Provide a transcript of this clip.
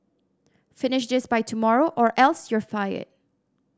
finish this by tomorrow or else you'll fired